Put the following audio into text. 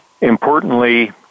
Importantly